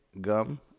gum